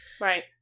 right